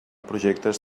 projectes